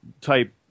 type